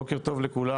בוקר טוב לכולם,